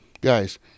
Guys